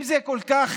אם כל כך